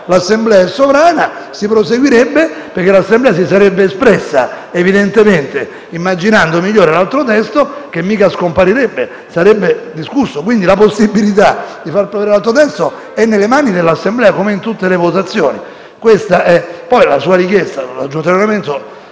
l'Assemblea è sovrana - si proseguirebbe perché l'Assemblea si sarebbe espressa evidentemente immaginando migliore l'altro testo, che non scomparirebbe e sarebbe discusso. La possibilità di far approvare l'altro testo è nelle mani dell'Assemblea, come in tutte le votazioni. La sua richiesta di